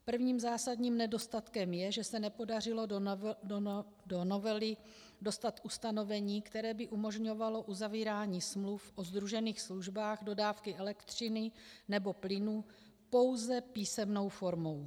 Prvním zásadním nedostatkem je, že se nepodařilo do novely dostat ustanovení, které by umožňovalo uzavírání smluv o sdružených službách dodávky elektřiny nebo plynu pouze písemnou formou.